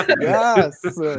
yes